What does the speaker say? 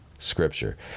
scripture